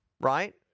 right